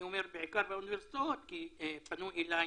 אני אומר בעיקר באוניברסיטאות כי פנו אלי